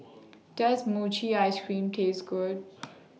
Does Mochi Ice Cream Taste Good